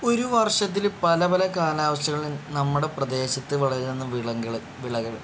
ഒരു വർഷത്തിൽ പല പല കാലവർഷങ്ങളിൽ നമ്മുടെ പ്രദേശത്ത് വളരുന്ന വിളങ്ങള് വിളകൾ